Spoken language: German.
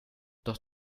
doch